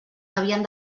havien